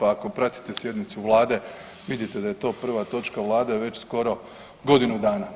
Ako pratite sjednicu vlade vidite da je to prva točka vlade već skoro godinu dana.